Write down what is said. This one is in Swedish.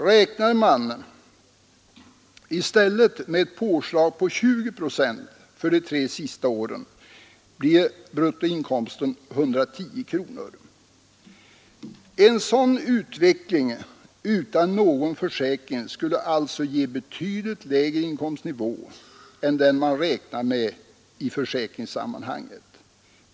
Räknar man i stället med ett påslag på 20 procent på de tre sista åren blir bruttoinkomsten 110 kronor. En sådan utveckling utan någon försäkring skulle alltså ge betydligt lägre inkomstnivå än den man räknar med i försäkringssammanhanget.